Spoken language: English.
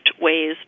ways